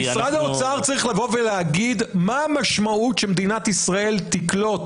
משרד האוצר צריך לבוא ולהגיד מה המשמעות שמדינת ישראל תקלוט